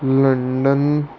London